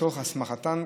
לצורך הסמכתן,